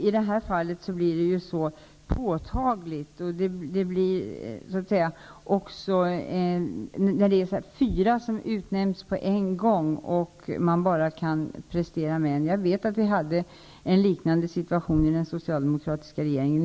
I det här fallet blir det påtagligt ojämnt, när fyra utnämns på en gång, alla manliga. Jag vet att vi hade en liknande situation i den socialdemokratiska regeringen.